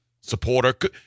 supporter